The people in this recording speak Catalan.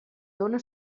dóna